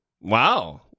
wow